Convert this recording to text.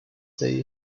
day